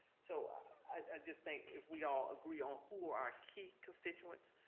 so i just think if we all agree on who are our key constituents,